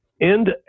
end